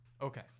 Okay